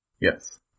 Yes